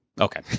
Okay